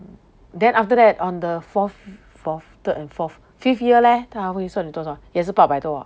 then after that on the fourth fourth third and fourth fifth year leh 他还会算你多少也是八百多啊